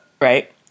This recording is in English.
right